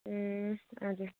उम् हजुर